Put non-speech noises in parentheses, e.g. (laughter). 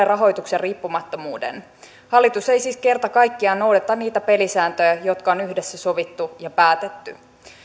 (unintelligible) rahoituksen riippumattomuuden hallitus ei siis kerta kaikkiaan noudata niitä pelisääntöjä jotka on yhdessä sovittu ja päätetty